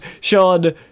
Sean